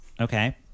okay